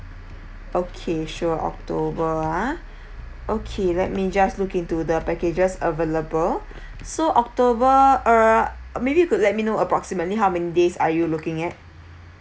okay sure october ah okay let me just look into the packages available so october uh maybe you could let me know approximately how many days are you looking at